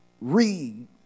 read